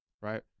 right